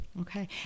Okay